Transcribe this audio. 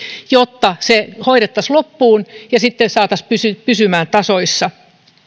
jotta se hoidettaisiin loppuun ja sitten saataisiin pysymään tasoissa